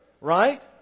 right